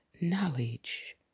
knowledge